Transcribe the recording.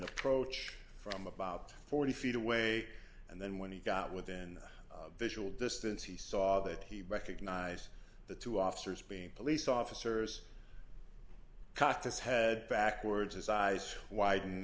approach from about forty feet away and then when he got within visual distance he saw that he recognized the two officers being police officers cocked his head backwards his eyes widened and